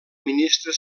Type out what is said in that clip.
ministre